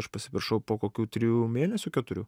aš pasipiršau po kokių trijų mėnesių keturių